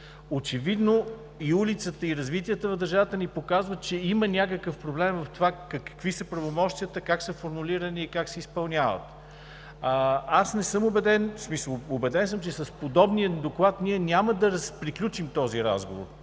Очевидно и улицата, и развитието на държавата ни показват, че има някакъв проблем в това какви са правомощията, как са формулирани и как се изпълняват. Убеден съм, че с подобен доклад ние няма да приключим този разговор,